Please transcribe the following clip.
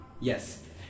Yes